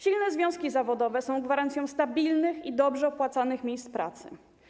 Silne związki zawodowe są gwarancją stabilnych i dobrze opłacanych miejsc pracy.